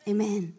Amen